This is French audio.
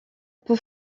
peu